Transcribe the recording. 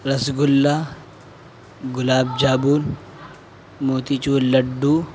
رس گلہ گلاب جامن موتی چور لڈو